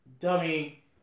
dummy